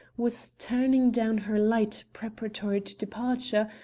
was turning down her light preparatory to departure,